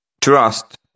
Trust